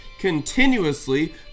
continuously